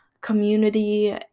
community